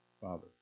Father